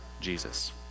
Jesus